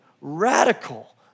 radical